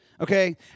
okay